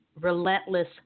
relentless